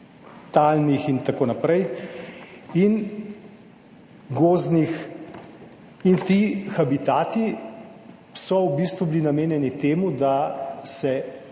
in tako naprej in gozdnih. In ti habitati so v bistvu bili namenjeni temu, da se